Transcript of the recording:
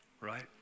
right